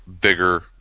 bigger